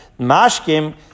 Mashkim